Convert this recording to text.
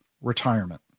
retirement